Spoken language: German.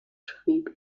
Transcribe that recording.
schrieb